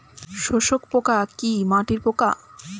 শোষক পোকা কি মাটির পোকা?